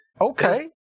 okay